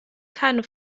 keine